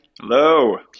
Hello